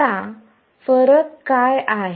आता फरक काय आहे